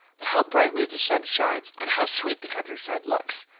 but how brightly the sun shines, and how sweet the countryside looks!